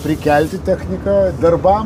prikelti techniką darbam